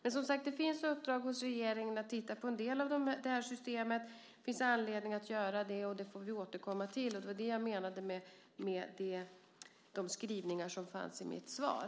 Men som sagt: Det finns ett uppdrag hos regeringen att titta på en del av det här systemet. Det finns anledning att göra det. Det får vi återkomma till. Det var det jag menade med de skrivningar som fanns i mitt svar.